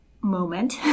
moment